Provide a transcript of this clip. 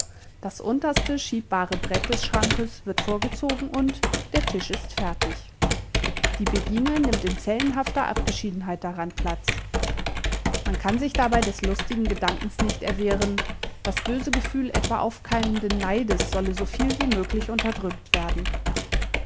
das unterste schiebbare brett des schrankes wird vorgezogen und der tisch ist fertig die begine nimmt in zellenhafter abgeschiedenheit daran platz man kann sich dabei des lustigen gedankens nicht erwehren das böse gefühl etwa aufkeimenden neides solle so viel wie möglich unterdrückt werden